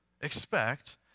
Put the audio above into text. expect